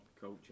culture